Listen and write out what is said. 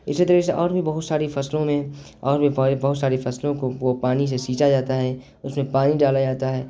اسی طریقے سے اور بھی بہت ساری فصلوں میں اور بھی بہت ساری فصلوں کو وہ پانی سے سینچا جاتا ہے اس میں پانی ڈالا جاتا ہے